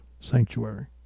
sanctuary